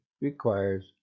requires